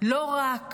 לא רק